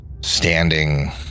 standing